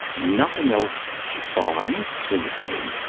nothing else to find clinically,